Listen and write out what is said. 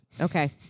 Okay